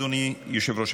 אדוני היושב-ראש,